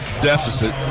deficit